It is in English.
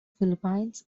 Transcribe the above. philippines